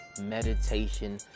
meditation